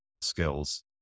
skills